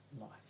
life